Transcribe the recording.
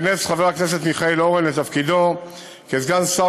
ייכנס חבר הכנסת מיכאל אורן לתפקידו כסגן שר